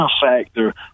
factor